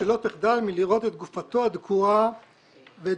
ושלא תחדל מלראות את גופתו הדקורה ואת